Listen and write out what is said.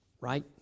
Right